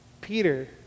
Peter